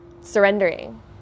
surrendering